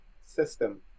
system